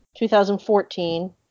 2014